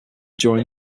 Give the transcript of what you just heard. during